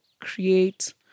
create